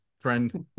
friend